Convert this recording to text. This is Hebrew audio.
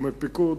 בתחומי הפיקוד,